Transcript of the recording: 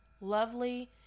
Lovely